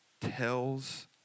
tells